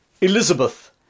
Elizabeth